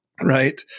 right